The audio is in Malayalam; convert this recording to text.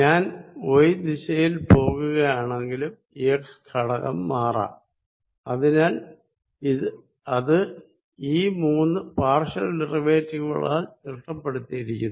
ഞാൻ y ദിശയിൽ പോകുകയാണെങ്കിലും Ex ഘടകം മാറാം അതിനാൽ അത് ഈ മൂന്ന് പാർഷ്യൽ ഡെറിവേറ്റീവുകളാൽ തിട്ടപ്പെടുത്തിയിരിക്കുന്നു